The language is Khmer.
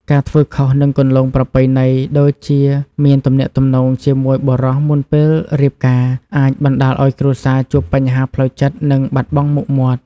ការធ្វើខុសនឹងគន្លងប្រពៃណី ដូចជាមានទំនាក់ទំនងជាមួយបុរសមុនពេលរៀបការ អាចបណ្តាលឱ្យគ្រួសារជួបបញ្ហាផ្លូវចិត្ត និងបាត់បង់មុខមាត់។